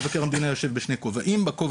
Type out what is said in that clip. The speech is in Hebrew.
מבקר המדינה יושב בשני כובעים: בכובע